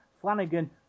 Flanagan